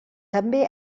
també